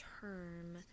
term